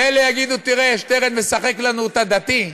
ואלה יגידו: תראה, שטרן משחק לנו אותה דתי,